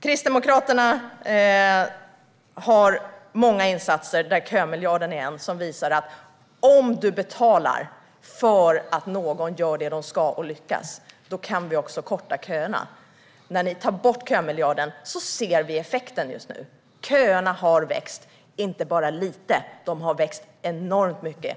Kristdemokraterna har många insatser, varav kömiljarden är en, som visar att om man betalar för att någon gör det de ska och lyckas med det kan man också korta köerna. Ni tar bort kömiljarden, och nu ser vi effekten: Köerna har växt, och inte bara lite. De har växt enormt mycket.